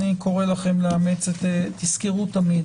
תזכרו תמיד